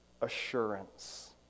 assurance